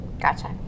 gotcha